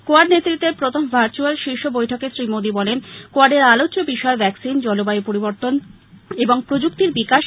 quad নেতৃত্বের প্রথম virtual শীর্ষ বৈঠকে শ্রী মোদী বলেন কোয়াডের আলোচ্য বিষয় ভ্যাকসিন জলবায়ু পরিবর্তন এবং প্রযুক্তির বিকাশ